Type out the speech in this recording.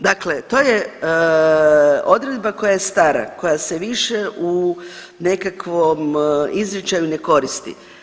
Dakle, to je odredba koja je stara, koja se više u nekakvom izričaju ne koristi.